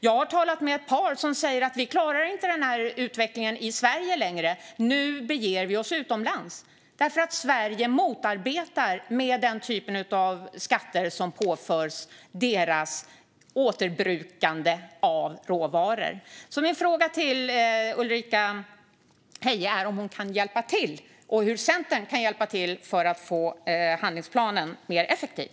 Jag har talat med ett par företagare som säger att de inte längre klarar utvecklingen i Sverige och att de ska bege sig utomlands, eftersom Sverige motarbetar dem med den typ av skatter som påförs deras återbrukande av råvaror. Min fråga till Ulrika Heie är hur hon och Centern kan hjälpa till för att få handlingsplanen mer effektiv.